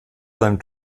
seinem